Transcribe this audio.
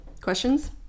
Questions